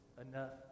enough